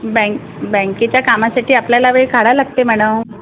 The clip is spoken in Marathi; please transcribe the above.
बँक बँकेच्या कामासाठी आपल्याला वेळ काढावा लागते मॅडम